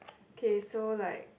K so like